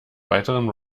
weiteren